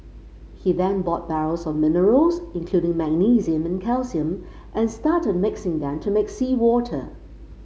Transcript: he then bought barrels of minerals including magnesium and calcium and started mixing them to make seawater